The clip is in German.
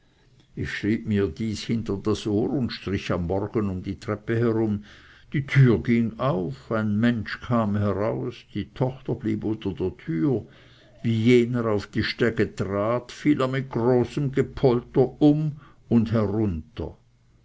ich schrieb mir dieses hinter das ohr und strich am morgen um die treppe herum die tür ging auf ein mensch kam heraus die tochter blieb unter der türe wie jener auf die stege trat fiel er mit großem gepolter um und herunter